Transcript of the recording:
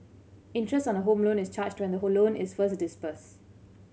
interest on a Home Loan is charged when the whole loan is first disburse